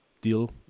deal